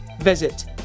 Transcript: Visit